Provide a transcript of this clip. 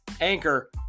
Anchor